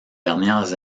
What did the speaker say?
dernières